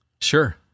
Sure